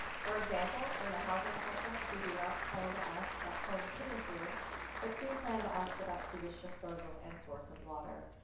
for example, in the housing subjects, we do not plan to ask about home heat heating fuel but do plan to ask about sewage disposal and source of water.